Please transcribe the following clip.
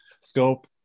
scope